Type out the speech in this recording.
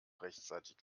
rechtzeitig